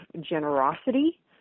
generosity